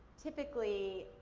typically,